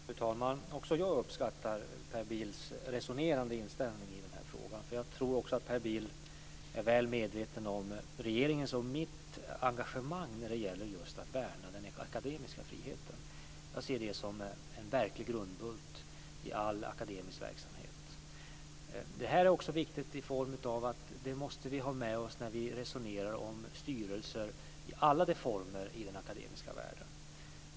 Fru talman! Också jag uppskattar Per Bills resonerande inställning i frågan. Jag tror också att Per Bill är väl medveten om regeringens och mitt engagemang att värna just den akademiska friheten. Jag ser det som en verklig grundbult i all akademisk verksamhet. Det är också viktigt att vi har med oss detta när vi resonerar om styrelser i alla de former i den akademiska världen.